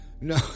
No